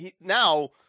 now